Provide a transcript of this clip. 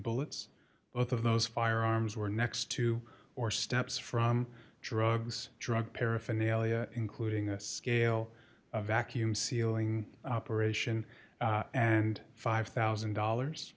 bullets both of those firearms were next to or steps from drugs drug paraphernalia including this gail vacuum sealing operation and five thousand dollars